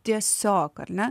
tiesiog ar ne